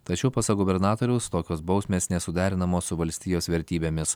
tačiau pasak gubernatoriaus tokios bausmės nesuderinamos su valstijos vertybėmis